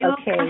Okay